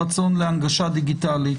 הרצון להנגשה דיגיטלית,